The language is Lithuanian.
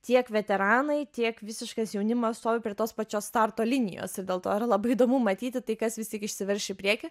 tiek veteranai tiek visiškas jaunimas stovi prie tos pačios starto linijos ir dėl to yra labai įdomu matyti tai kas vis tik išsiverš į priekį